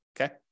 okay